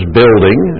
building